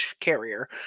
carrier